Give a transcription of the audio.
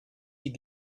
die